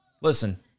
Listen